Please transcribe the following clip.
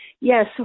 yes